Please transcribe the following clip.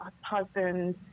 husband